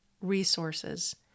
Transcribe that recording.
resources